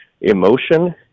emotion